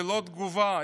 ללא תגובה.